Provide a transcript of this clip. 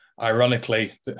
Ironically